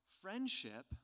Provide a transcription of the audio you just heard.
friendship